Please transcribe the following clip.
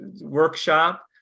workshop